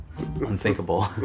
unthinkable